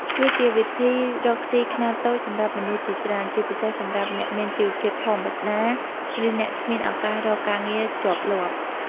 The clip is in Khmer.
វាជាវិធីរកស៊ីខ្នាតតូចសម្រាប់មនុស្សជាច្រើន ជាពិសេសសម្រាប់អ្នកមានជីវភាពធម្មតា ឬអ្នកគ្មានឱកាសរកការងារជាប់លាប់។